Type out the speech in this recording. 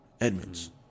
Edmonds